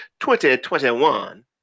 2021